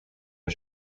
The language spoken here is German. der